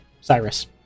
Cyrus